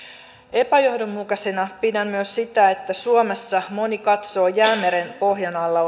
epäjohdonmukaisena pidän myös sitä että suomessa moni katsoo jäämeren pohjan alla